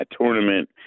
tournament